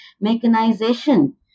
mechanization